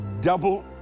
double